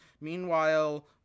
Meanwhile